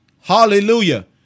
Hallelujah